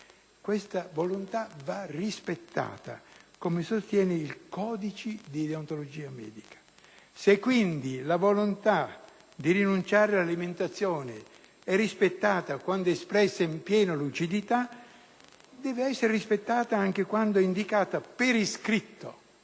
questa volontà va rispettata, come sostiene il codice di deontologia medica. Se, quindi, la volontà di rinunciare all'alimentazione è rispettata quando espressa in piena lucidità, deve essere rispettata anche quand'è indicata per iscritto